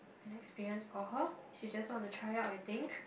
an experience for her she just want to try out I think